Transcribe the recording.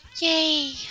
Yay